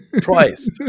twice